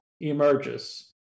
emerges